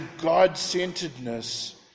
God-centeredness